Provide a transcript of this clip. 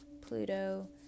Pluto